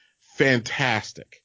Fantastic